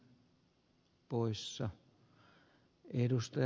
herra puhemies